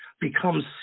becomes